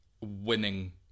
Winning